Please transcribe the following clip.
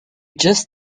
just